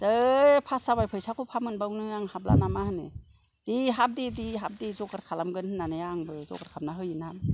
यै फास जाबाय फैसाखौ फा मोनबावनो आं हाबला नामा होनो दे हाब दे दे हाब दे जगार खालामगोन होननानै आंबो जगार खालामना होयो ना